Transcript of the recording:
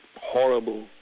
horrible